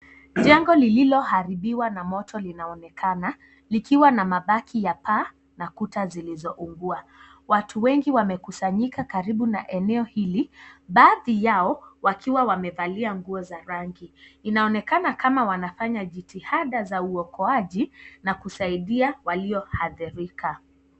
Jengo lililoharibiwa na moto linaonekana likiwa na mabaki ya paa na kuta zilizougua. Watu wengi wamekusanyika karibu na eneo hili, baadhi yao wakiwa wamevalia nguo za rangi. Inaonekana kama wanafanya jitihada za uokoaji na kusaidia waliohadhirika.